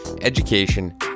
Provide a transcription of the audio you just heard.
education